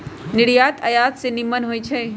निर्यात आयात से निम्मन होइ छइ